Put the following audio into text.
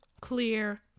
clear